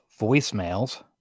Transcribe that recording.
voicemails